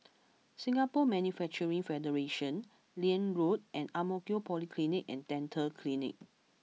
Singapore Manufacturing Federation Liane Road and Ang Mo Kio Polyclinic and Dental Clinic